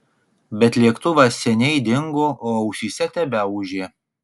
bet lėktuvas seniai dingo o ausyse tebeūžė